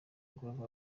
groove